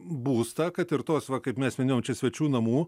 būstą kad ir tuos va kaip mes minėjom čia svečių namų